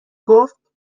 گفت